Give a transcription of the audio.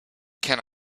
can